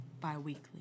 Bi-weekly